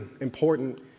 important